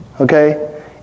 okay